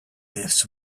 this